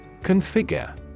Configure